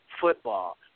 football